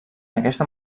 aquesta